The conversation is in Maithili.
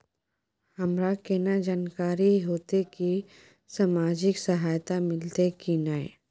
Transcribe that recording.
हमरा केना जानकारी होते की सामाजिक सहायता मिलते की नय?